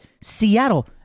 Seattle